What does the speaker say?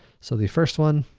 so the first one